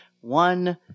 one